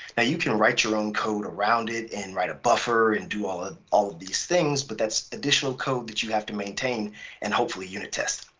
you can write your own code around it and write a buffer and do all and all of these things, but that's additional code that you have to maintain and hopefully unit test.